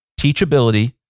teachability